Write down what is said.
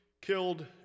killed